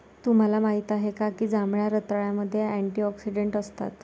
तुम्हाला माहित आहे का की जांभळ्या रताळ्यामध्ये अँटिऑक्सिडेंट असतात?